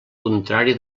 contrari